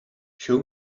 show